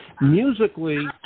Musically